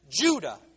Judah